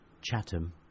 Chatham